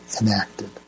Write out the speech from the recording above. enacted